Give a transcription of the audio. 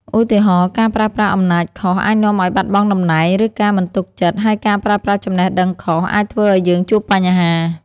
ឧទាហរណ៍៖ ការប្រើប្រាស់អំណាចខុស អាចនាំឲ្យបាត់បង់តំណែង ឬការមិនទុកចិត្ត ហើយការប្រើប្រាស់ចំណេះដឹងខុស អាចធ្វើឲ្យយើងជួបបញ្ហា។